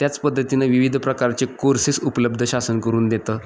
त्याच पद्धतीनं विविध प्रकारचे कोर्सेस उपलब्ध शासन करून देतं